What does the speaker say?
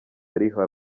ariho